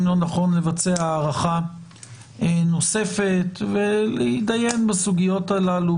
אם לא נכון לבצע הערכה נוספת ולהתדיין בסוגיות הללו